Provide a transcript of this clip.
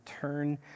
turn